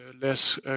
less